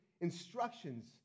instructions